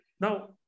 Now